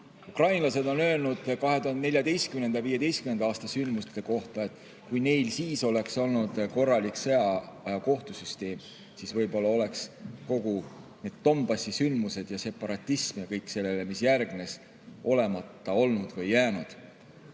Ukrainlased on öelnud 2014. ja 2015. aasta sündmuste kohta, et kui neil siis oleks olnud korralik sõjaaja kohtusüsteem, siis võib-olla oleks kõik need Donbassi sündmused ja separatism ja kõik, mis järgnes, olemata jäänud.